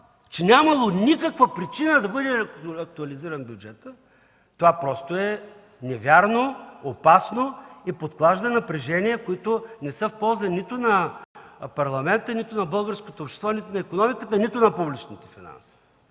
че нямало никаква причина да бъде актуализиран бюджетът, това просто е невярно, опасно и подклажда напрежения, които не са в полза нито на Парламента, нито на българското общество, нито на икономиката, нито на публичните финанси.